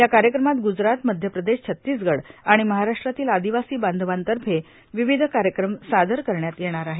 या कार्यक्रमात ग्जरात मध्य प्रदेश छत्तीसगढ आणि महाराष्ट्रातील आदिवासी बांधवांतर्फे विविध कार्यक्रम सादर करण्यात येणार आहेत